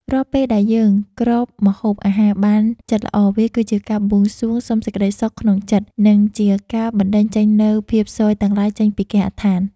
រាល់ពេលដែលយើងគ្របម្ហូបអាហារបានជិតល្អវាគឺជាការបួងសួងសុំសេចក្តីសុខក្នុងចិត្ត និងជាការបណ្តេញចេញនូវភាពស៊យទាំងឡាយចេញពីគេហដ្ឋាន។